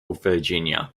virginia